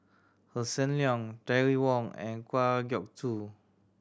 Hossan Leong Terry Wong and Kwa Geok Choo